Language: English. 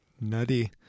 Nutty